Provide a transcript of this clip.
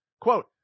Quote